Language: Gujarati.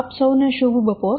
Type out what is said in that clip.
આપ સૌને શુભ બપોર